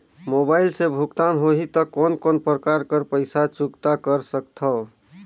Mobile से भुगतान होहि त कोन कोन प्रकार कर पईसा चुकता कर सकथव?